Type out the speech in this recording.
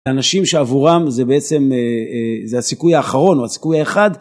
לאנשים שעבורם זה בעצם זה... זה הסיכוי האחרון או הסיכוי האחד